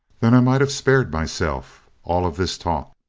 then i might of spared myself all of this talk.